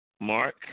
Mark